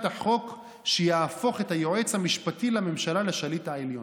החוק שיהפוך את היועץ המשפטי לממשלה לשליט העליון.